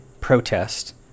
protest